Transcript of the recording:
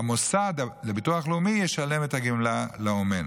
והמוסד לביטוח לאומי ישלם את הגמלה לאומן,